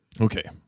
okay